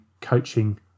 coaching